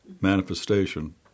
manifestation